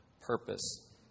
purpose